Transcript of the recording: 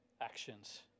actions